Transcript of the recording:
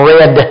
Red